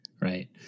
Right